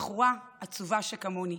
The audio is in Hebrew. בחורה עצובה שכמוני.